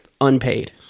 Unpaid